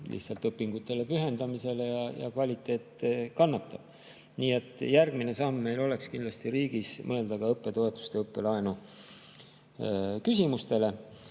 lihtsalt õpingutele pühendumisel ja kvaliteet kannatab. Nii et järgmine samm meil riigis oleks kindlasti mõelda ka õppetoetuste ja õppelaenu küsimustele.[Eelnõus]